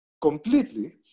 completely